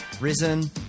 risen